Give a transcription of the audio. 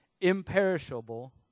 imperishable